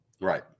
Right